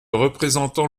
représentant